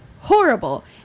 horrible